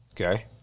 Okay